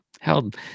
Held